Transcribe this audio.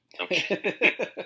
okay